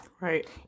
Right